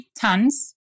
tons